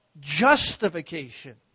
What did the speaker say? justification